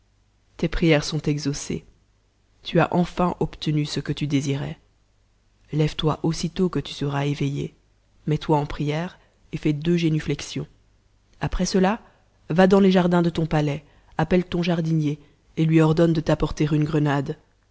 tes prières sont exaucées tu as enfin obtenu ce que tu désirais lève-toi aussitôt que tu seras éveillé mets-toi en prière et fais deux génuflexions après cela va dans les jardins de ton palais appelle ton jardinier et lui ordonne de t'apporter une grenade